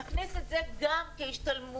נכניס את זה גם כהשתלמות